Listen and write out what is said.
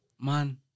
Man